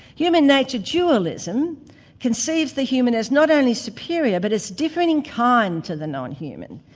human-nature dualism conceives the human as not only superior, but as different in kind to the non-human,